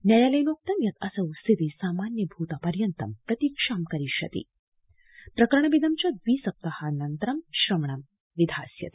न्यायालयेनोक्तं यत् असौ स्थिति सामान्य भूता पर्यन्त प्रतीक्षां करिष्यति प्रकरणमिदं च द्रि सप्ताहानन्तरं श्रवणं विधास्यति